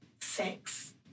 six